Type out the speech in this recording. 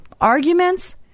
Arguments